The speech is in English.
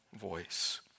voice